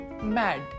mad